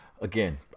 Again